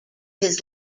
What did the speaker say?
his